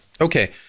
okay